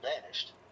vanished